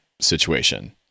situation